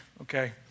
okay